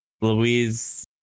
Louise